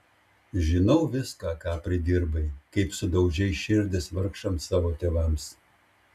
žinau viską ką pridirbai kaip sudaužei širdis vargšams savo tėvams